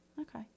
Okay